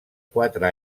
quatre